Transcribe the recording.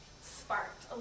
sparked